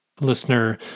listener